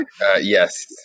Yes